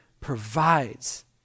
provides